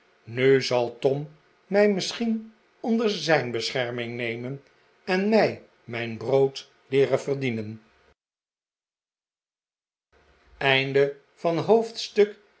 nu zal tom mij misschien onder z ij n bescherming nemen en mij mijn brood leeren verdienen